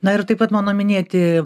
na ir taip pat mano minėti